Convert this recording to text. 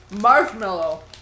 Marshmallow